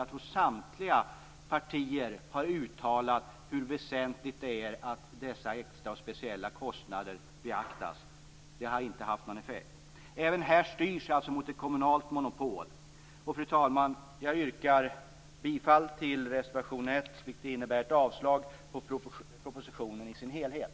Jag tror att samtliga partier har uttalat hur väsentligt det är att dessa speciella kostnader beaktas. Det har inte haft någon effekt. Även här styrs det alltså mot ett kommunalt monopol. Fru talman! Jag yrkar bifall till reservation 1, vilket innebär avslag på propositionen i dess helhet.